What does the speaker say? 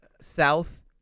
south